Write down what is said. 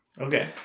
Okay